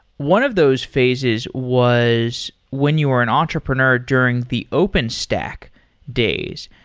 one of those phases was when you were an entrepreneur during the open stack days,